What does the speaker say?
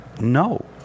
No